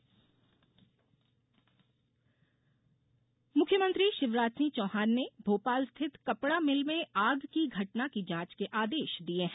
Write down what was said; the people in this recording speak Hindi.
मिल आग मुख्यमंत्री शिवराज सिंह चौहान ने भोपाल स्थित कपड़ा मिल में आग की घटना की जांच के आदेश दिये है